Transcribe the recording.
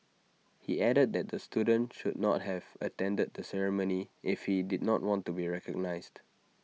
he added that the student should not have attended the ceremony if he did not want to be recognised